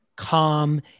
Calm